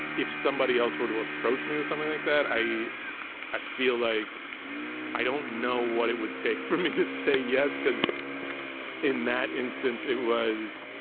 if somebody else were to approach me or something like that, i i feel like i don't know what it would take for me to say yes, because in that instance it was,